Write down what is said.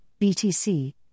BTC